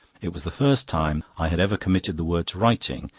it was the first time i had ever committed the word to writing,